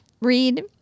Read